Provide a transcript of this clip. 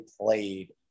played